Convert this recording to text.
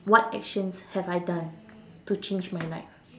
what actions have I done to change my life